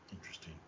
Interesting